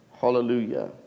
Hallelujah